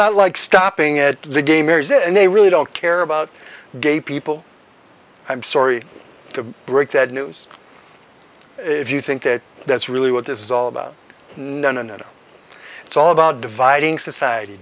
not like stopping at the game and they really don't care about gay people i'm sorry to break that news if you think that that's really what this is all about none and it's all about dividing society